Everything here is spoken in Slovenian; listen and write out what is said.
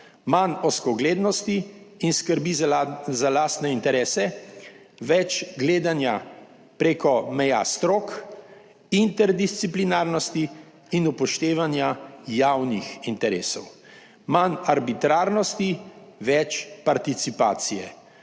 manj ozkoglednosti in skrbi za lastne interese, več gledanja preko meja strok, interdisciplinarnosti in upoštevanja javnih interesov; manj arbitrarnosti, več participacije,